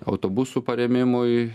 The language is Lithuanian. autobusų parėmimui